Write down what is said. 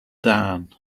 dan